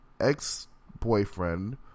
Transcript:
ex-boyfriend